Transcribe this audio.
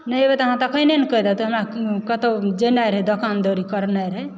नहि एबए तऽ अहाँ तऽ पहिने न कहि दयतहुँ हमरा कतहुँ जेनाइ रहै दोकान दौड़ी रहनाइ रहै